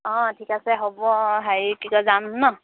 অঁ ঠিক আছে হ'ব হেৰি কি কয় যাম ন